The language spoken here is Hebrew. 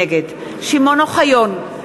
נגד שמעון אוחיון,